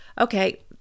okay